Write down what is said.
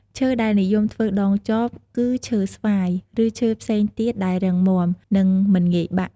ឈើដែលនិយមធ្វើដងចប គឺឈើស្វាយ ឬឈើផ្សេងទៀតដែលរឹងមាំ និងមិនងាយបាក់។